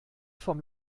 vom